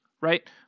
right